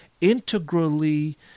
integrally